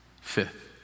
Fifth